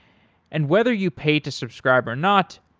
and whether you pay to subscribe or not,